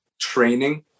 training